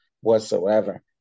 whatsoever